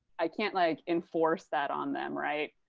i can't, like, enforce that on them, right?